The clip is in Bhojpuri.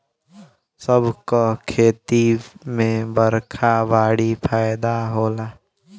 सब क खेती में बरखा बड़ी फायदा होला